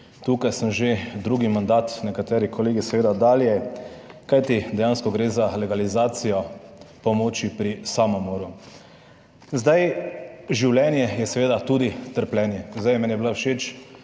tukaj sem že drugi mandat, nekateri kolegi seveda dlje, kajti dejansko gre za legalizacijo pomoči pri samomoru. Življenje je seveda tudi trpljenje. Meni je bila všeč